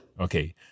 Okay